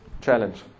challenge